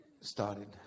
started